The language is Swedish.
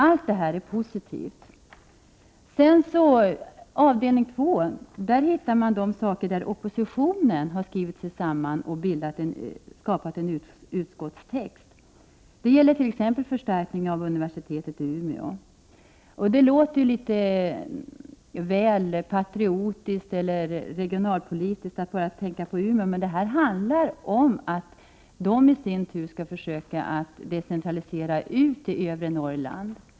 Allt detta är positivt. Under mom. 2 hittar man de saker där oppositionen har skrivit sig samman och skapat en utskottstext. Det gäller t.ex. förstärkning av universitetet i Umeå. Det verkar kanske litet väl lokalpatriotiskt eller regionalpolitiskt att bara tänka på Umeå, men vad det handlar om är att universitetet i Umeå i sin tur skall försöka decentralisera ut till övre Norrland.